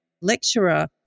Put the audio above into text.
lecturer